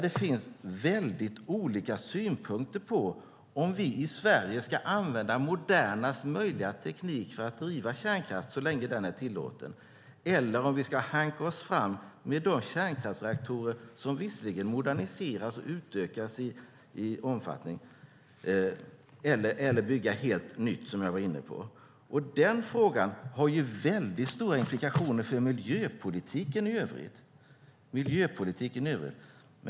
Det finns väldigt olika synpunkter på om vi i Sverige ska använda modernast möjliga teknik för att driva kärnkraft så länge som den är tillåten, om vi ska hanka oss fram med de kärnkraftsreaktorer som visserligen moderniseras och utökas i omfattning eller om vi ska bygga helt nytt. Den frågan har mycket stora implikationer för miljöpolitiken i övrigt.